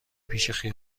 پیش